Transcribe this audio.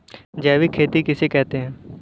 जैविक खेती किसे कहते हैं?